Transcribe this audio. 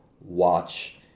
watch